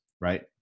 right